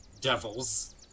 devils